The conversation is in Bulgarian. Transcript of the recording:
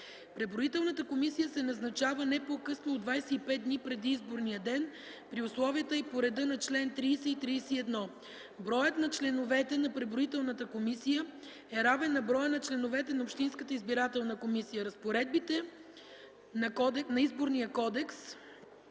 Преброителната комисия се назначава не по-късно от 25 дни преди изборния ден при условията и по реда на чл. 30 и 31. Броят на членовете на преброителната комисия е равен на броя на членовете на общинската избирателна комисия. Разпоредбите на Изборния кодекс